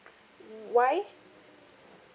Y